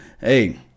Hey